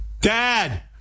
dad